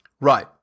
Right